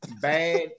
Bad